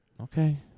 Okay